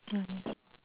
mm